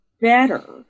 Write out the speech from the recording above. better